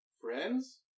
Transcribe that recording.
friends